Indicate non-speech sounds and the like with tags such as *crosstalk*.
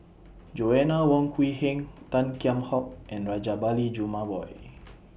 *noise* Joanna Wong Quee Heng *noise* Tan Kheam Hock and Rajabali Jumabhoy *noise*